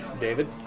David